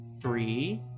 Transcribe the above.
three